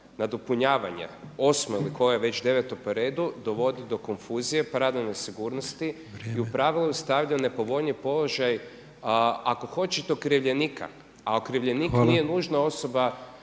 nadopunjavanje 8. ili koje već, 9. po redu dovodi do konfuzije, pravne nesigurnosti i u pravilu stavlja u nepovoljniji položaj ako hoćete okrivljenika a okrivljenik nije nužna osoba